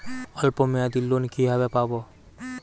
অল্প মেয়াদি লোন কিভাবে পাব?